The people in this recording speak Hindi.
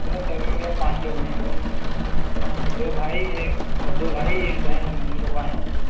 मतलब फैमिली में भैया पाँच लोग हैं हम लोग दो भाई एक हाँ दो भाई एक बहन है मम्मी पापा हैं हम लोग